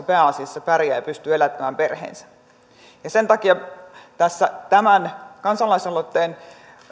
pääasiassa pärjää ja pystyy elättämään perheensä sen takia tässä tämän kansalaisaloitteen